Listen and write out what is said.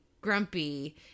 grumpy